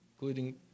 including